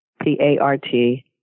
P-A-R-T